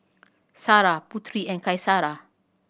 Sarah Putri and Qaisara